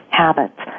Habits